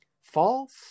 false